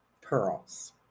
pearls